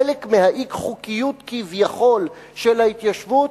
חלק מהאי-חוקיות, כביכול, של ההתיישבות,